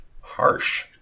harsh